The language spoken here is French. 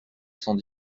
cent